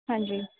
ਹਾਂਜੀ